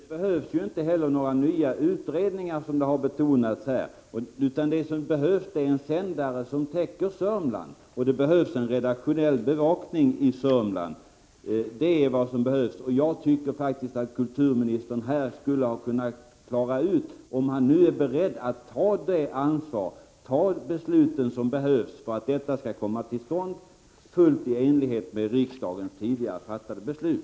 Fru talman! Nej, det tycker jag nog kan vara onödigt, och det behövs inte heller. Men det behövs inte heller några nya utredningar, som har betonats här. Det som behövs är i stället en sändare som täcker Sörmland, och det behövs en redaktionell bevakning i Sörmland. Jag tycker faktiskt att kulturministern här skulle ha kunnat klara ut om han nu är beredd att ta ansvar och fatta de beslut som behövs för att detta skall komma till stånd, fullt i enlighet med riksdagens tidigare fattade beslut.